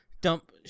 dump